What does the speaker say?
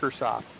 Microsoft